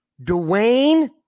Dwayne